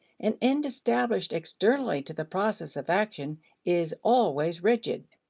an end established externally to the process of action is always rigid.